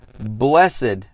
Blessed